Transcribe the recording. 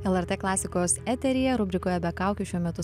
lrt klasikos eteryje rubrikoje be kaukių šiuo metu